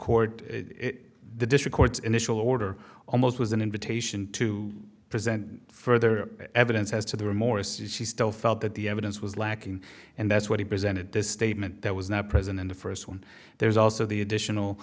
court the district courts initial order almost was an invitation to present further evidence as to the remorse and she still felt that the evidence was lacking and that's what he presented this statement that was not present in the first one there's also the additional